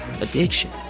addiction